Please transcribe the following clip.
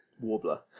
Warbler